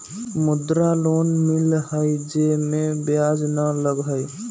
मुद्रा लोन मिलहई जे में ब्याज न लगहई?